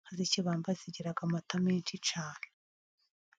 Inka z'ikibamba zigira amata menshi cyane.